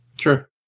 Sure